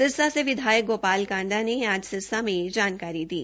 सिरसा से विधायक गोपाल कांडा ने आज सिरसा में यह जानकारी दी